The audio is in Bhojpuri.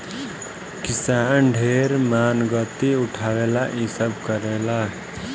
किसान ढेर मानगती उठावे ला इ सब करेले